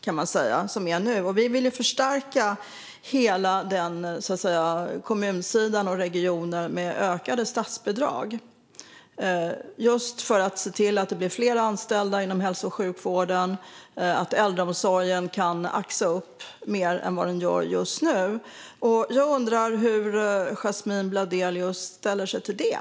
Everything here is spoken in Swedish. Vi vill därför förstärka hela kommun och regionsidan genom ökade statsbidrag för att det ska bli fler anställda inom hälso och sjukvården och för att äldreomsorgen ska kunna axa upp mer än den gör just nu. Jag undrar hur Yasmine Bladelius ställer sig till det.